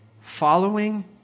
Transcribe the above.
following